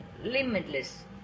limitless